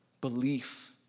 Belief